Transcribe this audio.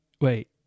Wait